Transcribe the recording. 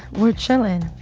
we're chilling.